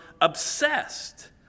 obsessed